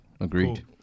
agreed